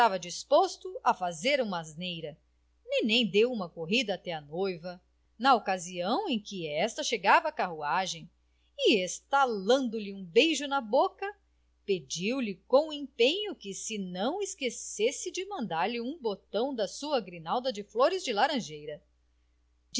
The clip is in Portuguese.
estava disposto a fazer uma asneira nenen deu uma corrida até à noiva na ocasião em que esta chegava à carruagem e estalando lhe um beijo na boca pediu-lhe com empenho que se não esquecesse de mandar lhe um botão da sua grinalda de flores de laranjeira